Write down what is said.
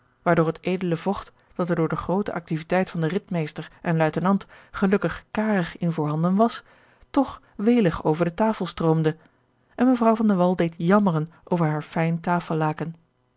waardoor het edele vocht dat er door de groote activiteit van den ridmeester en luitenant gelukkig karig in voorhanden was toch welig over de tafel stroomde en mevrouw van de wall deed jammeren over haar fijn tafellaken